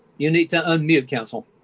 you need to unmute, counsel.